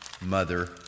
mother